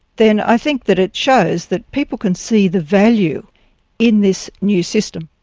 then i think that it shows that people can see the value in this new system.